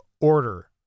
order